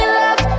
love